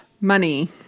money